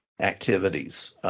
activities